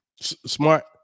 Smart